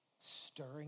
stirring